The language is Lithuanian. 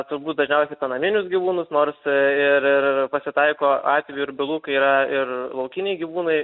turbūt dažniausiai apie naminius gyvūnus nors ir pasitaiko atvejų ir bylų kai yra ir laukiniai gyvūnai